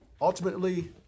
Ultimately